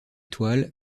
toiles